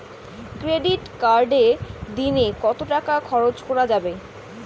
Credit কার্ডে দিনে কত টাকা খরচ করা যাবে?